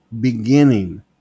beginning